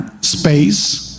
space